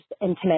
intimate